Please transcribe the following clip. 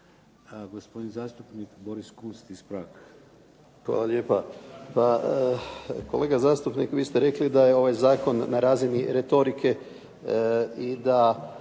Gospodin zastupnik Boris Kunst, ispravak.